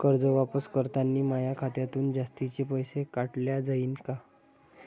कर्ज वापस करतांनी माया खात्यातून जास्तीचे पैसे काटल्या जाईन का?